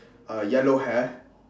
uh yellow hair